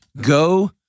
Go